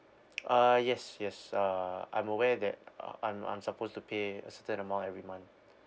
uh yes yes uh I'm aware that uh I'm I'm supposed to pay a certain amount every month